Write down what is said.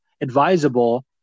advisable